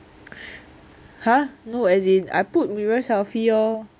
!huh! no as in I put mirror selfie lor